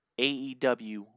AEW